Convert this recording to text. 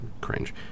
cringe